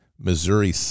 Missouri